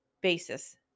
basis